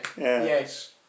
Yes